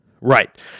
Right